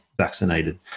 vaccinated